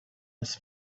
his